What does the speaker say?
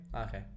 Okay